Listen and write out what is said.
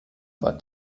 war